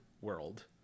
world